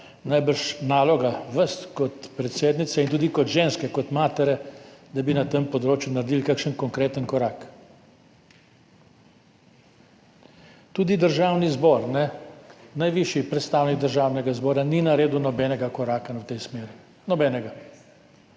najbrž naloga vas kot predsednice in tudi kot ženske, kot matere, da bi na tem področju naredili kakšen konkreten korak. Tudi Državni zbor, najvišji predstavnik Državnega zbora, ni naredil nobenega koraka v tej smeri. Nobenega.